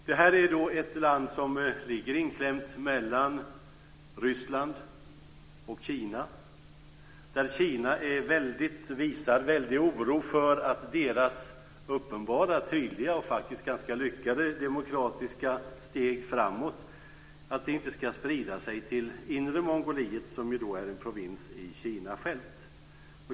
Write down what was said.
Det här är ett land som ligger inklämt mellan Ryssland och Kina där Kina visar väldig oro för att deras uppenbara, tydliga och faktiskt ganska lyckade demokratiska steg framåt ska sprida sig till Inre Mongoliet, som ju är en provins i Kina självt.